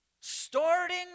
starting